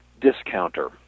discounter